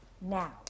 now